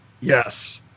Yes